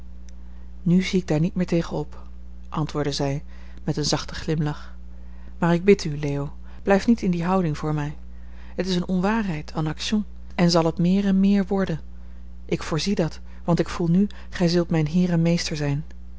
nu zie ik daar niet meer tegen op antwoordde zij met een zachten glimlach maar ik bid u leo blijf niet in die houding voor mij het is eene onwaarheid en action en zal het meer en meer worden ik voorzie dat want ik voel nu gij zult mijn heer en meester zijn